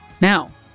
Now